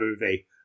Movie